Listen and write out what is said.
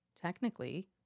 technically